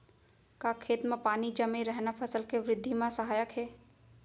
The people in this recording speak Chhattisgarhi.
का खेत म पानी जमे रहना फसल के वृद्धि म सहायक हे?